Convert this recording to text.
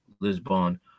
Lisbon